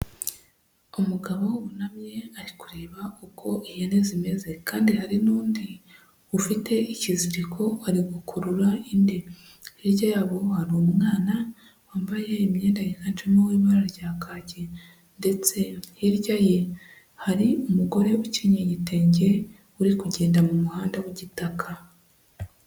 Umugabo wunamye ari kureba uko ihene zimeze kandi hari n'undi ufite ikiziriko ari gukurura indi. Hirya yabo hari umwana wambaye imyenda yiganjemo ibara rya kaki ndetse hirya ye hari umugore ukenyeye igitenge uri kugenda mu muhanda w'igitaka.